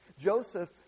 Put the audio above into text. Joseph